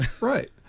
Right